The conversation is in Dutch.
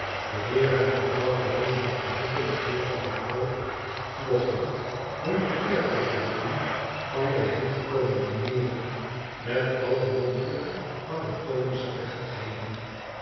de heer en mevrouw veneering verzoeken den heer en mevrouw bofhn faun de eer te willen doen van bij hen te komen dineeren met alle mogelijke anatomische plechtigheden